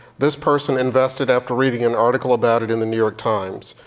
this person invested after reading an article about it in the new york times.